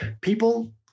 people